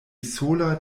sola